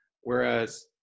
Whereas